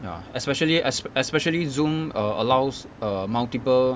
ya especially es~ especially Zoom err allows err multiple